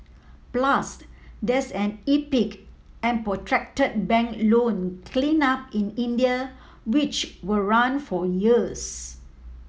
plus there's an epic and protracted bank loan cleanup in India which will run for years